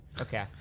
Okay